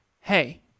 Hey